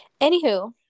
Anywho